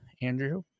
andrew